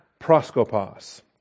proskopos